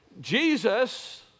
Jesus